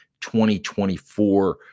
2024